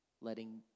letting